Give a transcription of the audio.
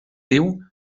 diu